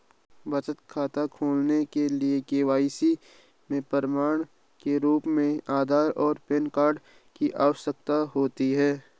बचत खाता खोलने के लिए के.वाई.सी के प्रमाण के रूप में आधार और पैन कार्ड की आवश्यकता होती है